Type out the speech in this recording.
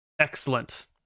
Excellent